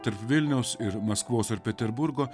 tarp vilniaus ir maskvos ar peterburgo